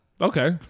Okay